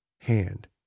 hand